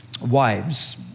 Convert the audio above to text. wives